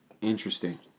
Interesting